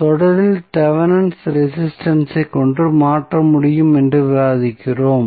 தொடரில் Thevenin resistance ஐ கொண்டு மாற்ற முடியும் என்று விவாதிக்கிறோம்